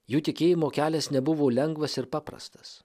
jų tikėjimo kelias nebuvo lengvas ir paprastas